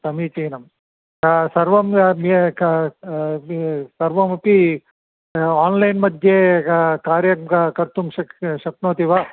समीचीनं सर्वं म्य क् सर्वमपि आन्लैन् मध्ये कार्यं क कर्तुं शक् शक्नोति वा